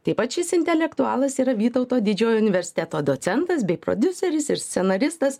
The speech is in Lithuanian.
taip pat šis intelektualas yra vytauto didžiojo universiteto docentas bei prodiuseris ir scenaristas